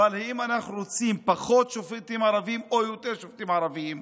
האם אנחנו רוצים פחות שופטים ערבים או יותר שופטים ערבים?